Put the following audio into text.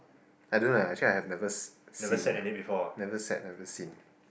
I don't know leh actually I have never seen never sat never seen